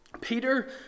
Peter